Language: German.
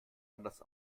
anders